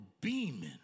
beaming